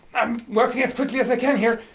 i'm working as quickly as i can here.